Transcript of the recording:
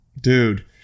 Dude